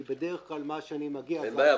כי בדרך כלל --- אין בעיה,